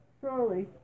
Surely